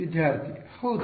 ವಿದ್ಯಾರ್ಥಿ ಹೌದು